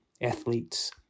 athletes